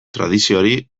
tradizioari